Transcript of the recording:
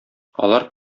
алар